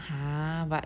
!huh! but